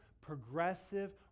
progressive